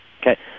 Okay